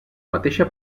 mateixa